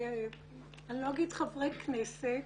ואני לא אגיד חברי כנסת,